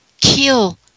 kill